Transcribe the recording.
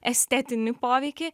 estetinį poveikį